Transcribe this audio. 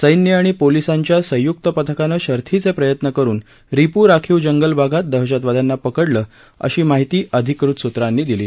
सैन्य आणि पोलिसांच्या संयुक्त पथकानं शर्थिचे प्रयत्न करुन रीपू राखीव जंगलभागात दहशतवाद्यांना पकडलं असल्याची माहिती अधिकृत सूत्रांनी दिली